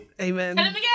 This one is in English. Amen